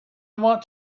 want